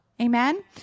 Amen